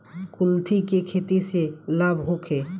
कुलथी के खेती से लाभ होखे?